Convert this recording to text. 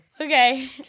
Okay